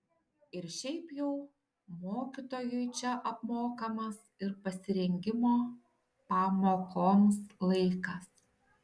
ir šiaip jau mokytojui čia apmokamas ir pasirengimo pamokoms laikas